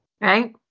right